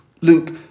Luke